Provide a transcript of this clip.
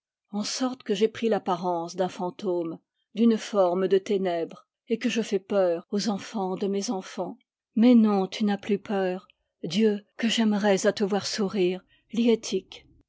en sorte que j'ai pris l'apparence d'un fantôme d'une forme de ténèbres et que je fais peur aux enfants de mes enfants mais non tu n'as plus peur dieu que j'aimerais à te voir sourire